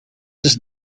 has